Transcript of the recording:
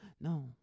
no